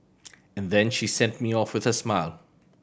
and then she sent me off with a smile